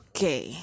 Okay